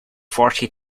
forty